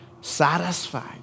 Satisfied